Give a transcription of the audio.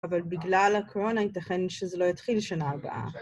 אבל בגלל הקורונה ייתכן שזה לא יתחיל שנה הבאה.